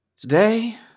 Today